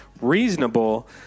reasonable –